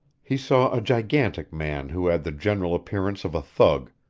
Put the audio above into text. he saw a gigantic man who had the general appearance of a thug,